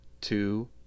two